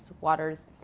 waters